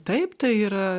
taip tai yra